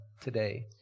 today